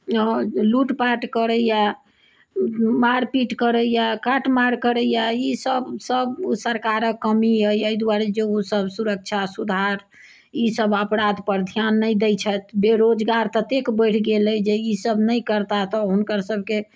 हँ लूटपाट करैया मारपीट करैया काटमार करैया ई सब सब सरकारक कमी अछि ताहि दुआरे जे ओसब सुरक्षा सुधार ई सब अपराध पर ध्यान नहि दय छथि बेरोजगार ततेक बढ़ि गेल अछि जे ई सब नहि करता तऽ हुनकर सबके